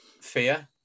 fear